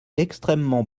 extrêmement